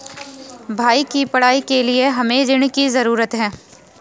भाई की पढ़ाई के लिए हमे ऋण की जरूरत है